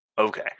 Okay